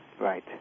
right